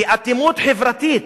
באטימות חברתית